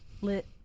lit